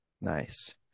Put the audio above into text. nice